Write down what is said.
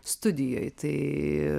studijoj tai